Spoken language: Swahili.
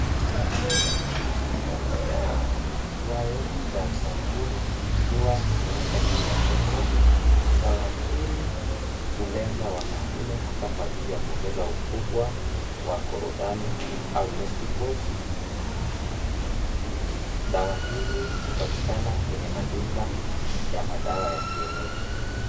Chupa ya dawa iitwayo Gardatun ikiwa imewekwa juu ya meza, dawa hili hulenga wanahume hasa kwa ajili ya kuongeza ukubwa, kuwakorodhani, au testicles . Dawa hili hupatikana kwenye maduka ya madawa ya kienyeji.